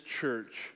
church